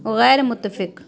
غیر متفق